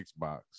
Xbox